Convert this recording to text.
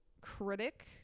critic